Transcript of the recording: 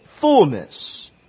fullness